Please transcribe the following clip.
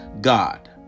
God